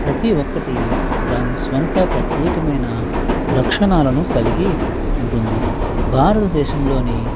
ప్రతి ఒక్కటి దాని సొంత ప్రత్యేకమైన లక్షణాలను కలిగి ఉంటుంది భారతదేశంలోని